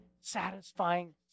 satisfying